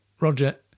Roger